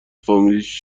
فامیلش